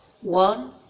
One